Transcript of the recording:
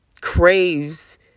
craves